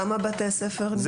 כמה בית ספר נמצאים?